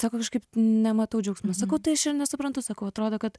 sako kažkaip nematau džiaugsmo sakau tai aš ir nesuprantu sakau atrodo kad